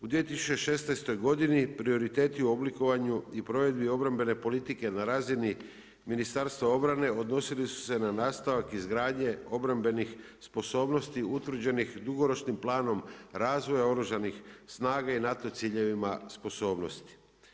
U 2016. godini prioriteti u oblikovanju i provedbi obrambene politike na razini Ministarstva obrane odnosili su se na nastavak izgradnje obrambenih sposobnosti utvrđenih dugoročnim planom razvoja Oružanih snaga i NATO ciljevima sposobnosti.